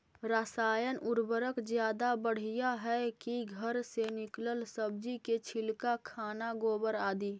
रासायन उर्वरक ज्यादा बढ़िया हैं कि घर से निकलल सब्जी के छिलका, खाना, गोबर, आदि?